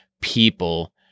people